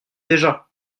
déjà